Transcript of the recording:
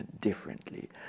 differently